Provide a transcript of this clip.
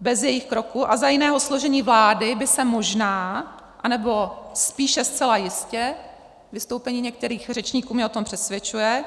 Bez jejích kroků a za jiného složení vlády by se možná, anebo spíše zcela jistě vystoupení některých řečníků mě o tom přesvědčuje